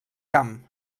camp